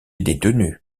détenues